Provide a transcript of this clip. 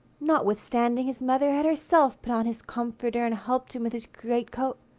notwithstanding his mother had herself put on his comforter and helped him with his greatcoat.